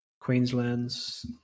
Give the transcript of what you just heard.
queensland's